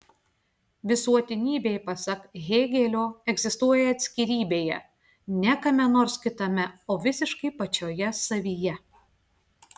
visuotinybė pasak hėgelio egzistuoja atskirybėje ne kame nors kitame o visiškai pačioje savyje